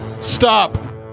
stop